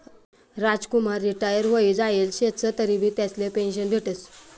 Ramkumar retire व्हयी जायेल शेतंस तरीबी त्यासले पेंशन भेटस